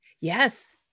Yes